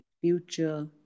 future